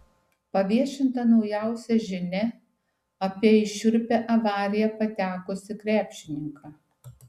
paviešinta naujausia žinia apie į šiurpią avariją patekusį krepšininką